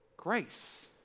grace